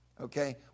Okay